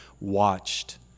watched